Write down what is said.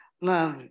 love